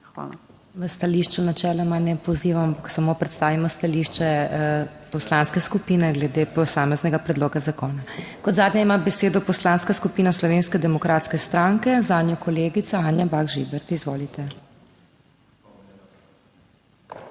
HOT: V stališču načeloma ne pozivamo, samo predstavimo stališče poslanske skupine glede posameznega predloga zakona. Kot zadnja ima besedo Poslanska skupina Slovenske demokratske stranke, zanjo kolegica Anja Bah Žibert. Izvolite. ANJA